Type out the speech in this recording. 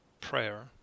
prayer